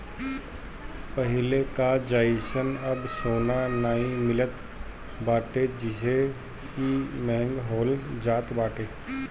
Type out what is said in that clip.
पहिले कअ जइसन अब सोना नाइ मिलत बाटे जेसे इ महंग होखल जात बाटे